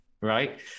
right